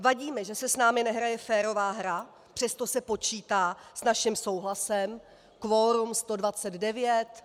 Vadí mi, že se s námi nehraje férová hra, přesto se počítá s naším souhlasem, kvorum 129 .